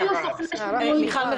לא יהיו סוכני שינוי -- מיכל,